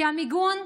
כי המיגון,